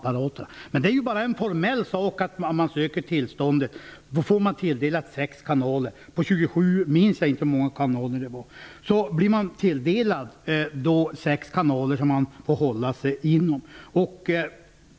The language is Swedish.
Men att söka tillstånd är ju bara en formell sak. Man får sig då sex kanaler tilldelat, som man får hålla sig inom -- jag minns inte hur många kanaler det var för 27 MHz.